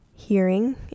hearing